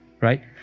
right